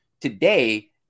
Today